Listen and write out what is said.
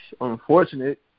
unfortunate